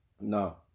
no